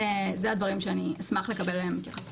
אלה הדברים שאני אשמח לקבל עליהם התייחסות.